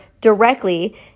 directly